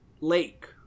lake